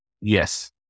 Yes